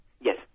Yes